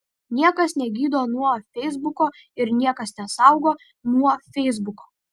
niekas negydo nuo feisbuko ir niekas nesaugo nuo feisbuko